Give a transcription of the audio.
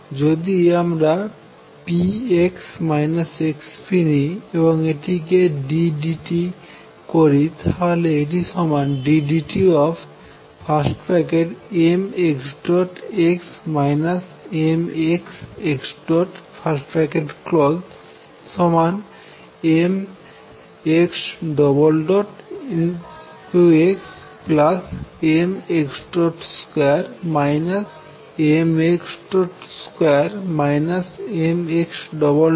যদি আমার p x x p নিই এবং এটিকে d d t করি তাহলে এটি সমান ddt mxxmx2 mx2 mxx